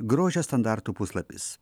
grožio standartų puslapis